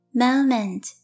moment